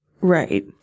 right